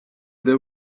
there